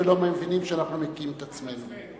ולא מבינים שאנחנו מכים את עצמנו.